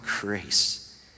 grace